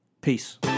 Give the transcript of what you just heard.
Peace